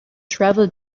travel